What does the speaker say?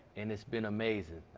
and it's been amazing.